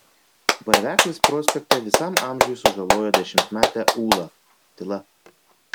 varveklis prospekte visam amžiui sužaloja dešimtmetę ulą tyla